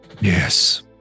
Yes